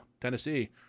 Tennessee